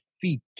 feet